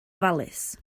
ofalus